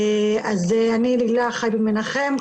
אני לילך חייבי מנחם,